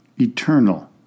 Eternal